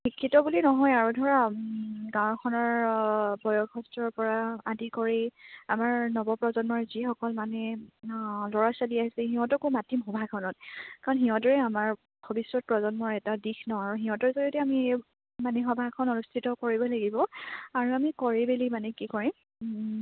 শিক্ষিত বুলি নহয় আৰু ধৰা গাঁওখনৰ বয়সস্থৰ পৰা আদি কৰি আমাৰ নৱপ্ৰজন্মৰ যিসকল মানে ল'ৰা ছোৱালী আছে সিহঁতকো মাতিম সভাখনত কাৰণ সিহঁতৰে আমাৰ ভৱিষ্যত প্ৰজন্মৰ এটা দিশ নহ্ আৰু সিহঁতৰ জৰিয়তে আমি মানে সভাখন অনুষ্ঠিত কৰিব লাগিব আৰু আমি কৰি মেলি মানে কি কৰিম